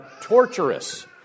torturous